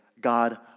God